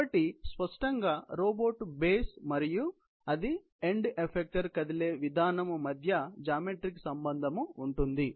కాబట్టి స్పష్టంగా robot base మరియు అది ఎండ్ ఎఫెక్టర్ కదిలే విధానము మధ్య జామెట్రిక్ సంబంధం ఉంటుంది